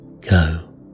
go